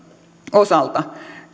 osalta